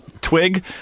Twig